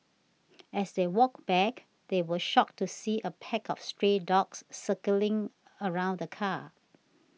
as they walked back they were shocked to see a pack of stray dogs circling around the car